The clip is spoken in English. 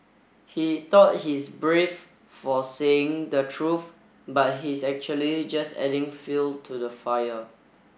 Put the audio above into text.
he thought he's brave for saying the truth but he's actually just adding fuel to the fire